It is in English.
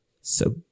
So-